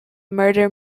murder